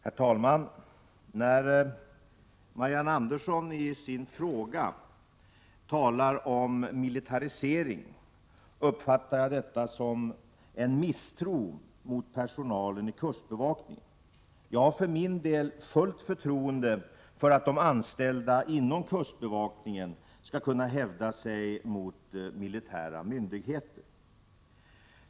Herr talman! När Marianne Andersson i sin fråga talar om militarisering, uppfattar jag detta som en misstro mot personalen i kustbevakningen. Jag har för min del fullt förtroende för att de anställda i kustbevakningen skall kunna hävda sig mot militära myndigheter.